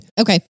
Okay